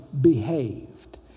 behaved